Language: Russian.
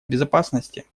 безопасности